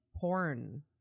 porn